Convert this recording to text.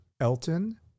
Elton